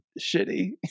shitty